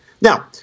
Now